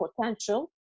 potential